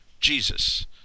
Jesus